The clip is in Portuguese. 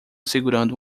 segurando